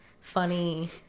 funny